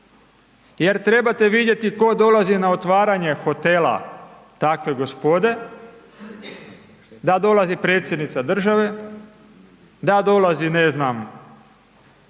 jer trebate vidjeti tko dolazi na otvaranje hotela takve gospode, da dolazi Predsjednica države, da dolazi ne znam,